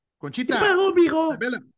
conchita